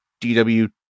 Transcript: DW